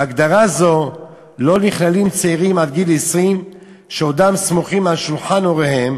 בהגדרה זו לא נכללים צעירים עד גיל 20 שעודם סמוכים על שולחן הוריהם